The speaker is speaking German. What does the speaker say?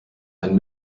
ein